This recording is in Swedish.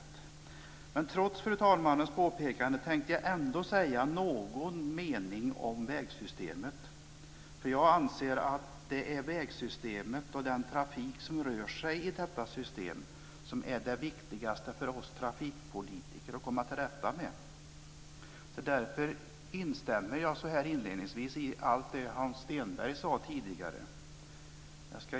Trots fru talmannens påpekande tänker jag säga några meningar om vägsystemet. Jag anser att det är vägsystemet och den trafik som rör sig inom detta system som för oss trafikpolitiker är viktigast att komma till rätta med. Därför instämmer jag inledningsvis i allt det som Hans Stenberg tidigare sade.